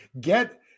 get